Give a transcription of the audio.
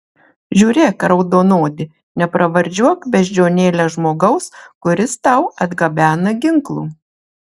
žiūrėk raudonodi nepravardžiuok beždžionėle žmogaus kuris tau atgabena ginklų